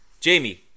jamie